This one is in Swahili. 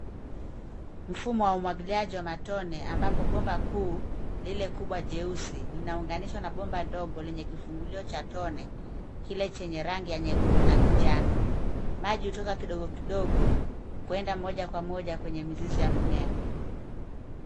Mfumo wa umwagiliaji wa matone ambapo bomba kuu, lile kubwa jeusi. Linaunganishwa na bomba ndogo lenye kifungulio cha tone. Kile chenye rangi ya nyekundu na kijani. Maji hutoka kidogo kidogo, kwenda moja kwa moja kwenye mizizi ya mimea.